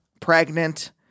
Pregnant